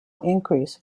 increase